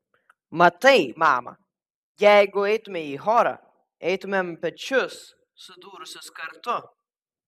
matai mama jeigu eitumei į chorą eitumėm pečius sudūrusios kartu